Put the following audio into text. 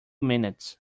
minutes